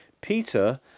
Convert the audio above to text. Peter